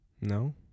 No